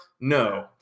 No